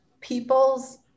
people's